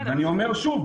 ואני אומר שוב,